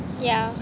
yeah